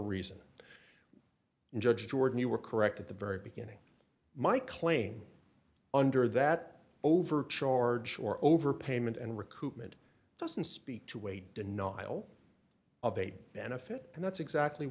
reason and judge jordan you were correct at the very beginning my claim under that overcharge or overpayment and recoupment doesn't speak to a denial of a benefit and that's exactly